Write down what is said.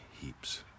heaps